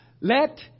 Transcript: let